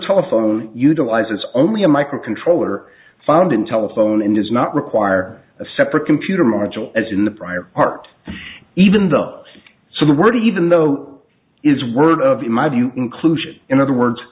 telephone utilizes only a microcontroller found in telephone and does not require a separate computer michel as in the prior art even though so the word even though is word of in my view inclusion in other words